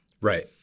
Right